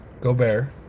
Gobert